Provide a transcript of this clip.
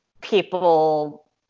people